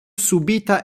subita